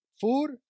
Food